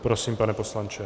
Prosím, pane poslanče.